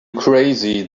crazy